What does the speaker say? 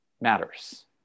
matters